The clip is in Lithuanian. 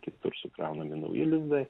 kitur sukraunami nauji linai